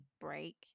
break